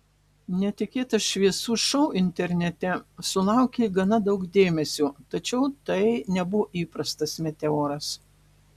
netikėtas šviesų šou internete sulaukė gana daug dėmesio tačiau tai nebuvo įprastas meteoras